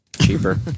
Cheaper